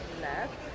left